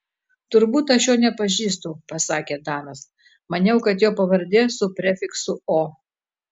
turbūt aš jo nepažįstu pasakė danas maniau kad jo pavardė su prefiksu o